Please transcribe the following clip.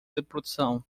reprodução